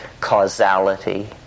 causality